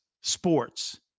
sports